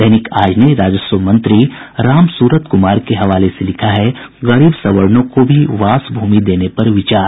दैनिक आज ने राजस्व मंत्री राम सूरत कुमार के हवाले से लिखा है गरीब सवर्णों को भी वास भूमि देने पर विचार